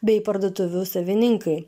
bei parduotuvių savininkai